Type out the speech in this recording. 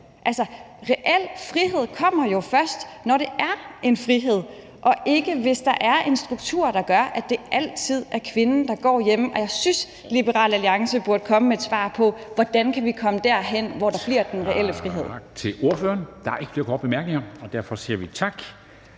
valg. Reel frihed kommer jo først, når der er en frihed, og ikke hvis der er en struktur, der gør, at det altid er kvinden, der går hjemme. Jeg synes, at Liberal Alliance burde komme med et svar på, hvordan vi kan komme derhen, hvor der bliver en reel frihed.